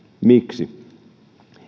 miksi